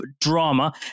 drama